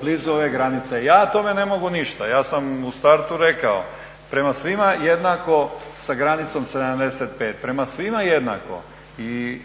blizu ove granice. Ja tome ne mogu ništa, ja sam u startu rekao prema svima jednako sa granicom 75, prema svima jednako. I